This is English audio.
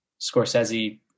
Scorsese